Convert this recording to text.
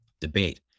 debate